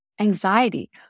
anxiety